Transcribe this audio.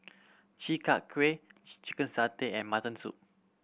Chi Kak Kuih chicken satay and mutton soup